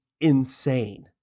insane